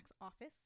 office